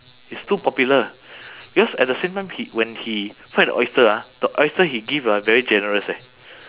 he's too popular because at the same time he when he fry the oyster ah the oyster he give ah very generous eh